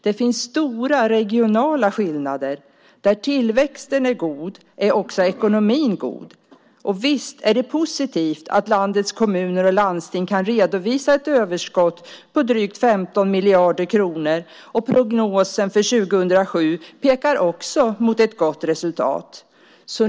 Det finns stora regionala skillnader. Där tillväxten är god är också ekonomin god. Visst är det positivt att landets kommuner och landsting kan redovisa ett överskott på drygt 15 miljarder kronor, och prognosen för 2007 pekar också mot ett gott resultat.